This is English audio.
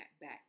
back